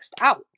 out